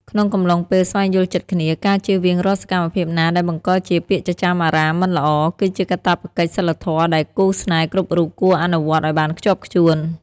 ក្នុងកំឡុងពេលស្វែងយល់ចិត្តគ្នា ការជៀសវាងរាល់សកម្មភាពណាដែលបង្កជាពាក្យចចាមអារ៉ាមមិនល្អ គឺជាកាតព្វកិច្ចសីលធម៌ដែលគូស្នេហ៍គ្រប់រូបគួរអនុវត្តឱ្យបានខ្ជាប់ខ្ជួន។